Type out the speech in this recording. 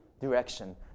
direction